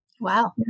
Wow